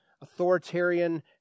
authoritarian